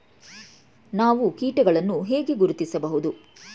ನಾವು ಕೀಟಗಳನ್ನು ಹೇಗೆ ಗುರುತಿಸಬಹುದು?